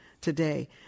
today